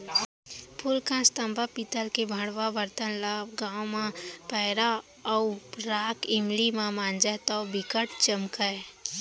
फूलकास, तांबा, पीतल के भंड़वा बरतन ल गांव म पैरा अउ राख इमली म मांजय तौ बिकट चमकय